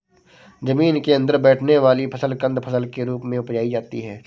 जमीन के अंदर बैठने वाली फसल कंद फसल के रूप में उपजायी जाती है